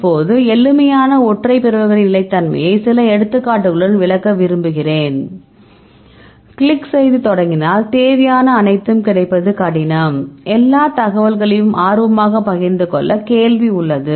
இப்போது எளிமையான ஒற்றை பிறழ்வுகளின் நிலைத்தன்மையை சில எடுத்துக்காட்டுகளுடன் விளக்க விரும்புகிறேன் கிளிக் செய்து தொடங்கினால் தேவையான அனைத்தும் கிடைப்பது கடினம் எல்லா தகவல்களையும் ஆர்வமாக பகிர்ந்து கொள்ள கேள்வி உள்ளது